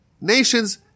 nations